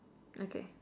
okay